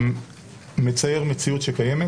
מצייר מציאות קיימת.